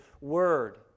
word